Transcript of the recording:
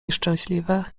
szczęśliwe